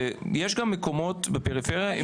יש גם מקומות בפריפריה עם